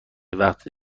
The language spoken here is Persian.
وقت